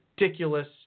ridiculous